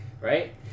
right